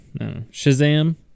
Shazam